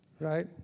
right